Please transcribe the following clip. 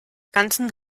ganzen